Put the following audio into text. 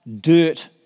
dirt